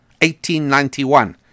1891